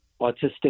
autistic